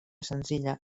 senzilla